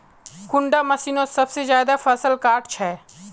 कुंडा मशीनोत सबसे ज्यादा फसल काट छै?